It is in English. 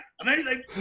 amazing